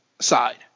side